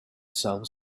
some